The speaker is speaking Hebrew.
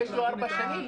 זה מאוד משנה.